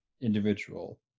individual